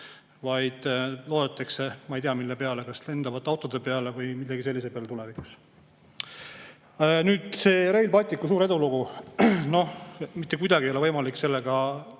vaid loodetakse ei tea mille peale, kas lendavate autode või millegi sellise peale tulevikus. See Rail Balticu suur edulugu – mitte kuidagi ei ole võimalik sellega